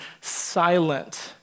silent